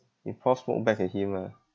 you pour smoke back at him ah